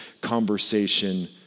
conversation